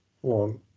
one